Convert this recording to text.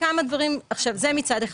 זה מצד אחד.